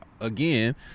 again